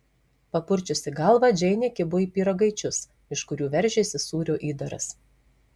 papurčiusi galvą džeinė kibo į pyragaičius iš kurių veržėsi sūrio įdaras